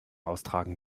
austragen